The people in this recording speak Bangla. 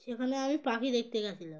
সেখানে আমি পাখি দেখতে গেছিলাম